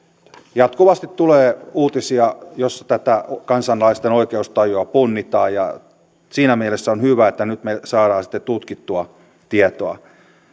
jatkuvasti tulee uutisia joissa tätä kansalaisten oikeustajua punnitaan ja siinä mielessä on hyvä että nyt me saamme sitten tutkittua tietoa